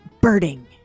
birding